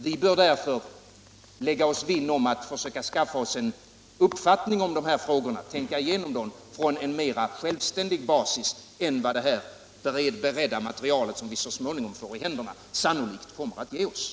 Vi bör därför lägga oss vinn om att försöka skaffa oss en uppfattning om dessa frågor och tänka igenom dem från en mera självständig basis än vad det här beredda materialet som vi så småningom får i händerna sannolikt kommer att ge oss.